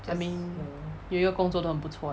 I mean 有一个工作都很不错